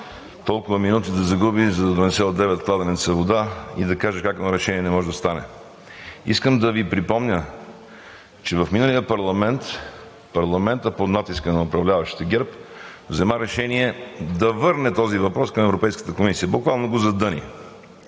толкова минути да загуби, за да донесе от девет кладенеца вода и да каже как едно решение не може да стане. Искам да Ви припомня, че в миналия мандат под натиска на управляващите ГЕРБ парламентът взе решение да върне този въпрос към Европейската комисия – буквално го задъни.